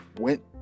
went